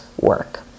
work